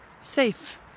safe